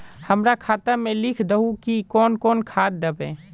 हमरा खाता में लिख दहु की कौन कौन खाद दबे?